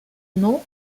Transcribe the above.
nom